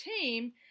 team